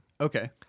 Okay